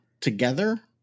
together